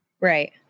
Right